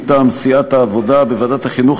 מטעם סיעת העבודה: בוועדת החינוך,